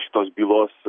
šitos bylos